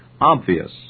obvious